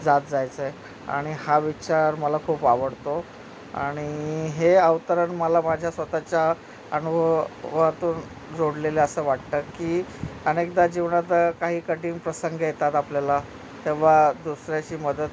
जात जायचं आहे आणि हा विचार मला खूप आवडतो आणि हे अवतरण मला माझ्या स्वतःच्या अनुभवातून जोडलेले असं वाटतं की अनेकदा जीवनात काही कठीण प्रसंग येतात आपल्याला तेव्हा दुसऱ्याची मदत